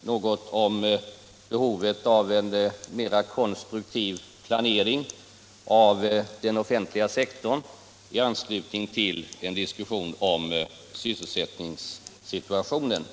något om behovet av en mer konstruktiv planering av den offentliga sektorn i anslutning till en diskussion om sysselsättningssituationen.